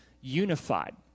unified